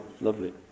lovely